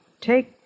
take